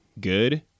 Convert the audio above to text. good